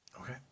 Okay